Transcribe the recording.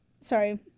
sorry